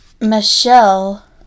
Michelle